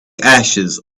ashes